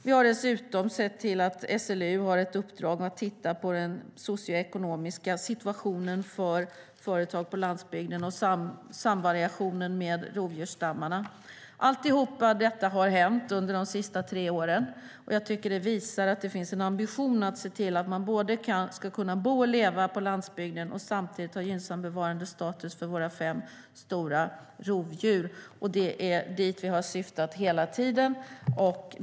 Vi har dessutom sett till att SLU har ett uppdrag att titta på den socioekonomiska situationen för företag på landsbygden och samvariationen med rovdjursstammarna. Allt detta har hänt under de senaste tre åren. Jag tycker att det visar att det finns en ambition att se till att man ska kunna både leva och bo på landsbygden och samtidigt ha gynnsam bevarandestatus för våra fem stora rovdjur. Det är dit vi har syftat hela tiden.